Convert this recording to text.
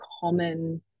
common